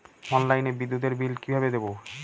অনলাইনে বিদ্যুতের বিল কিভাবে দেব?